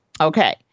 Okay